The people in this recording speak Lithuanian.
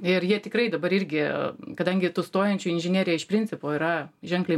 ir jie tikrai dabar irgi kadangi tų stojančių į inžineriją iš principo yra ženkliai